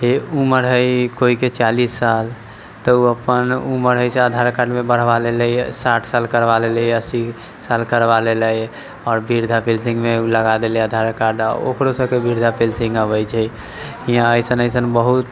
उमर हइ कोइके चालीस साल तऽ ओ अपन उमर आधार कार्डमे बढ़बा लेलै हइ साठि साल करबा लेलै हइ अस्सी साल करबा लेलै हइ आओर वृद्धा पेंशनमे ओ लगा देलै हइ आधार कार्ड ओकरो सभकेँ वृद्धा पेंशन अबैत छै यहाँ अइसन अइसन बहुत